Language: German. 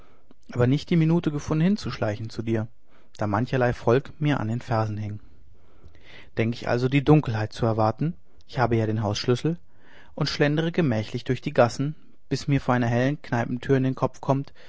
aber nicht die minute gefunden hinzuschleichen zu dir da mancherlei volk mir an den fersen hing denk ich also die dunkelheit zu erwarten ich hab ja den hausschlüssel und schlendere gemächlich durch die gassen bis mir vor einer hellen kneipentür in den kopf kommt